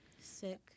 sick